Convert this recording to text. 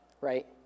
right